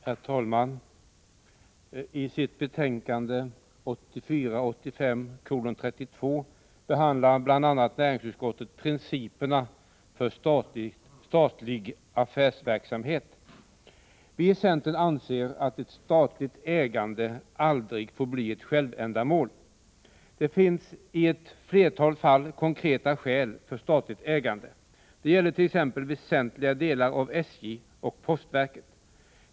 Herr talman! I sitt betänkande 1984/85:32 behandlar näringsutskottet bl.a. principerna för statlig affärsverksamhet. Vi i centern anser att ett statligt ägande aldrig får bli ett självändamål. Det finns i ett flertal fall konkreta skäl för statligt ägande. Det gäller t.ex. väsentliga delar av SJ och postverket.